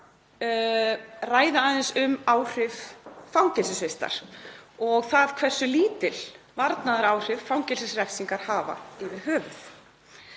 ræða aðeins um áhrif fangelsisvistar og það hversu lítil varnaðaráhrif fangelsisrefsingar hafa yfir höfuð.